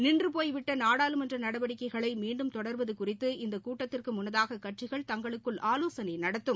நின்றுபோய்விட்டநாடாளுமன்றநடவடிக்கைகளைமீண்டும் தொடர்வதுகுறித்து இந்தகூட்டத்திற்குமுன்னதாககட்சிகள் தங்களுக்குள் ஆலோசனைநடத்தும்